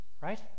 Right